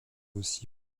aussi